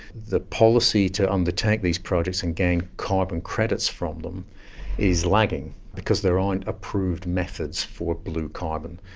the policy to undertake these projects and gain carbon credits from them is lagging because there aren't approved methods for blue carbon.